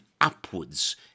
upwards